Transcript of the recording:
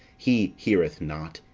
he heareth not,